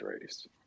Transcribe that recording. raised